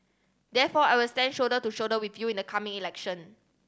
therefore I will stand shoulder to shoulder with you in the coming election